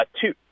Two